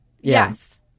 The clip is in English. Yes